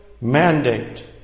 mandate